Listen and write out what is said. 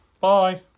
Bye